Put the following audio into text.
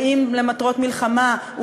ואם למטרות מלחמה,